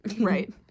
Right